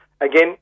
Again